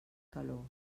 calor